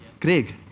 Craig